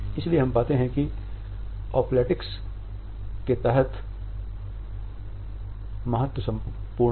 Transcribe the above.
इसलिए हम पाते है कि यह ओफ्लेटैक्टिक्स के तहत महत्व पूर्ण है